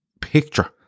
picture